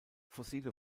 fossile